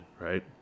right